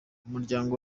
muryango